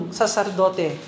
sasardote